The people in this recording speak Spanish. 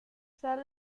sale